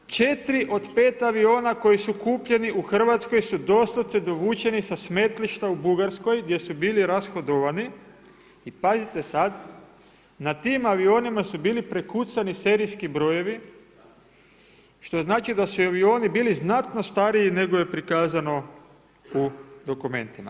4 od 5 aviona koji su kupljeni u Hrvatskoj su doslovce dovučeni sa smetlišta u Bugarskoj gdje su bili rashodovani i pazite sad, na tim avionima su bili prekucani serijski brojevi što znači da su avioni bili znatno stariji nego je prikazano u dokumentima.